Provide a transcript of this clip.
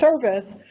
service